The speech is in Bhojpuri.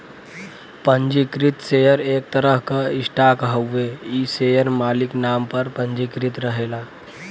पंजीकृत शेयर एक तरह क स्टॉक हउवे इ शेयर मालिक नाम पर पंजीकृत रहला